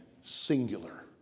singular